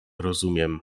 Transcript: rozumiem